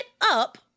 up